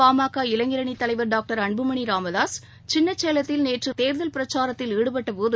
பாமக இளைஞரணித் தலைவர் டாக்டர் அன்புமணி ராமதாஸ் சின்ன சேலத்தில் நேற்று தேர்தல் பிரச்சாரத்தில் ஈடுபட்ட போது